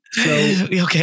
Okay